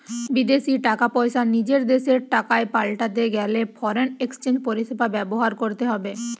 বিদেশী টাকা পয়সা নিজের দেশের টাকায় পাল্টাতে গেলে ফরেন এক্সচেঞ্জ পরিষেবা ব্যবহার করতে হবে